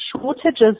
shortages